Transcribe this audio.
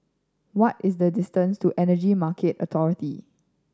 what is the distance to Energy Market Authority